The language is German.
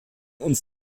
uns